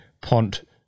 Pont